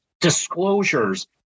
disclosures